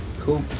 cool